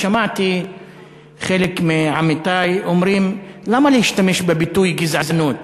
ושמעתי חלק מעמיתי אומרים: למה להשתמש בביטוי "גזענות"?